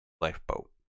lifeboat